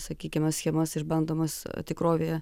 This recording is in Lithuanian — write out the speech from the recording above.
sakykime schemas išbandomas tikrovėje